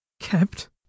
kept